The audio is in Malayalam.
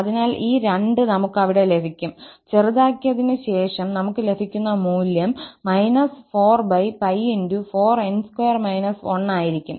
അതിനാൽ ഈ 2 നമുക്ക് അവിടെ ലഭിക്കും ചെറുതാക്കിയതിനു ശേഷം നമുക്ക് ലഭിക്കുന്ന മൂല്യം −4𝜋4𝑛2−1 ആയിരിക്കും